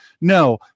no